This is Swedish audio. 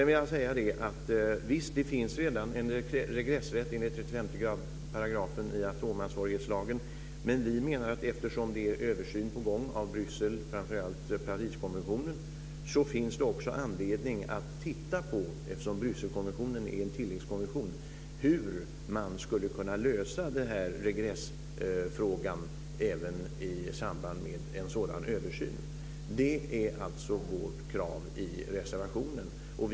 Visst finns det redan en regressrätt enligt 35 § i atomansvarighetslagen, men vi menar att eftersom det är en översyn på gång av Bryssel och Pariskonventionerna - kanske framför allt av den senare - så finns det också anledning att titta på detta. Eftersom Brysselkonventionen är en tilläggskonvention bör man undersöka hur man skulle kunna lösa regressfrågan även i samband med en sådan översyn. Detta är vårt krav i reservationen.